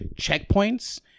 checkpoints